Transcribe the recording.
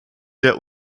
der